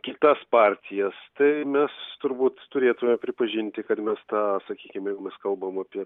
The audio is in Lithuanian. kitas partijas tai mes turbūt turėtume pripažinti kad mes tą sakykim jeigu mes kalbam apie